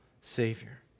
Savior